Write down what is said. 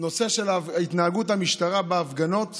הנושא של התנהגות המשטרה בהפגנות